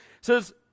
says